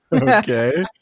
Okay